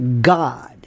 God